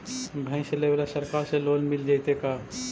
भैंस लेबे ल सरकार से लोन मिल जइतै का?